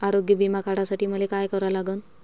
आरोग्य बिमा काढासाठी मले काय करा लागन?